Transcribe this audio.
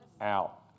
out